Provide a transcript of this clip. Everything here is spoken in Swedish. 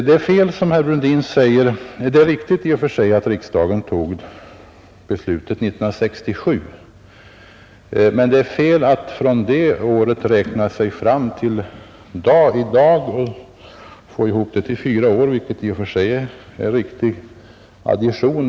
Det är i och för sig rätt att riksdagen tog beslutet 1967, men det är fel att från det året räkna sig fram till i dag och få ihop det till fyra år, även om det är en riktig addition.